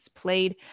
played